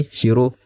Shiro